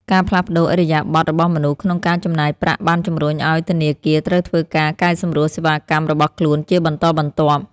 ការផ្លាស់ប្តូរឥរិយាបថរបស់មនុស្សក្នុងការចំណាយប្រាក់បានជំរុញឱ្យធនាគារត្រូវធ្វើការកែសម្រួលសេវាកម្មរបស់ខ្លួនជាបន្តបន្ទាប់។